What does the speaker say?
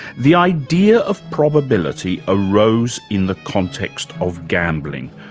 the idea of probability arose in the context of gambling,